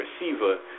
receiver